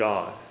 God